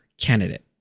candidate